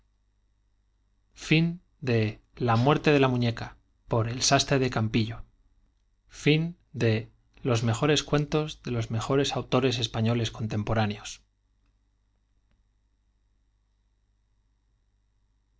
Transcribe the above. imprenta de la vd de los mejores cuentos de los mejores autores españoles contemporáneos